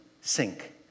sink